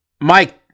Mike